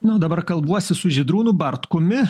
nu o dabar kalbuosi su žydrūnu bartkumi